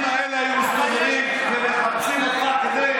קיבלנו ושלחנו אתכם לשם.